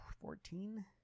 fourteen